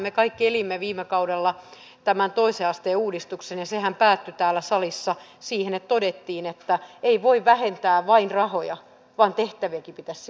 me kaikki elimme viime kaudella tämän toisen asteen uudistuksen ja sehän päättyi täällä salissa siihen että todettiin että ei voi vähentää vain rahoja vaan tehtäviäkin pitäisi silloin vähentää